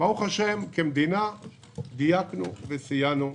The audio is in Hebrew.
ברוך השם, כמדינה דייקנו וסייענו.